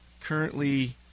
currently